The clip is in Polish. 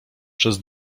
przez